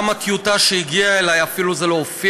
גם הטיוטה שהגיעה אלי, אפילו בה זה לא הופיע.